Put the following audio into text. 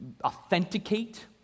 authenticate